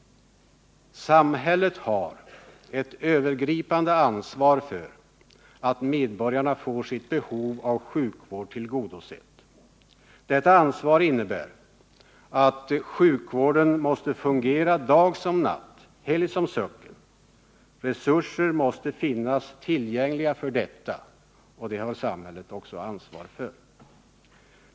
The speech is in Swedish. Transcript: Samhället har ett övergripande ansvar för att medborgarna får sitt behov av sjukvård tillgodosett. Detta ansvar innebär att sjukvården måste fungera dag som natt, helg som söcken. Resurser måste finnas tillgängliga för detta, och det har samhället också ansvar för.